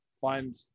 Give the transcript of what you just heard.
find